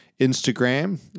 Instagram